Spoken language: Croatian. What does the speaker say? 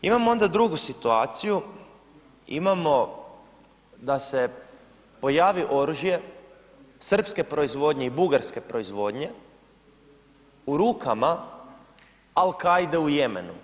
Imamo onda drugu situaciju, imamo da se pojavi oružje srpske proizvodnje i bugarske proizvodnje u rukama Al-Kaide u Jemenu.